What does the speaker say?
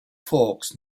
forks